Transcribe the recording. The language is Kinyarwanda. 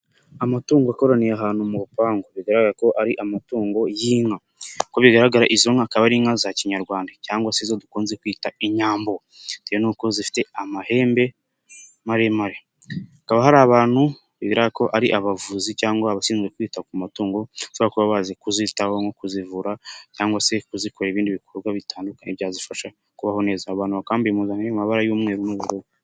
Amatungo akoraniye ahantu mu rupangu, bigaragara ko ari amatungo y'inka, ukobigaragara izo nkaka akaba ari inka za kinyarwanda cyangwase izo dukunze kwita inyambo bitewe n'uko zifite amahembe maremare, hakaba hari abantu bigaragara ko ari abavuzi cyangwa abashinzwe kwita ku amatungo bashobora kuba bazi kuzitaho nko kuzivura cyangwase kuzikorera ibindi bikorwa bitandukanye byazifasha kubaho neza, abo bantu bambaye ibintu biri mumabara y'umweru n'uburu.